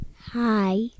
Hi